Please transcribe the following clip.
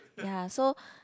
ya so